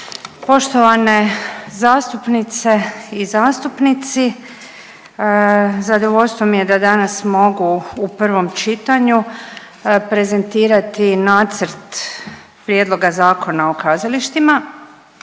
Poštovane zastupnice i zastupnici zadovoljstvo mi je da danas mogu u prvom čitanju prezentirati nacrt Prijedloga Zakona o kazalištima